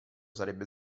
sarebbe